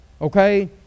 okay